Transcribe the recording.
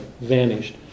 vanished